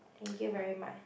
thank you very much